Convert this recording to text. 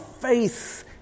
faith